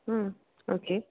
okay